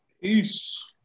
Peace